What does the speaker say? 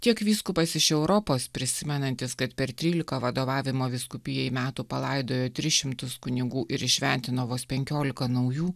tiek vyskupas iš europos prisimenantis kad per trylika vadovavimo vyskupijai metų palaidojo tris šimtus kunigų ir įšventino vos penkiolika naujų